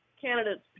candidates